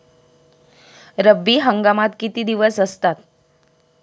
रब्बी हंगामात किती दिवस असतात?